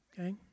Okay